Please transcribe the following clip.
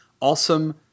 awesome